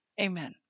amen